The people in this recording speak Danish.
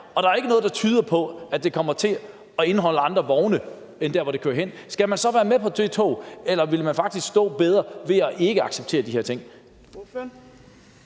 og der er ikke noget, der tyder på, at det kommer til at indeholde andre vogne, skal man så hoppe med på det tog, eller ville man faktisk stå sig bedre ved ikke at acceptere de her ting?